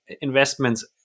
investments